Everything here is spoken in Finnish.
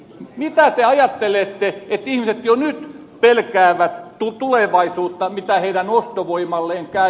mitä te ajattelette kun ihmiset jo nyt pelkäävät tulevaisuutta mitä heidän ostovoimalleen käy